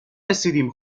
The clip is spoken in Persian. رسیدیم